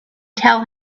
tell